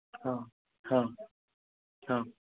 ହଁ ହଁ ହଁ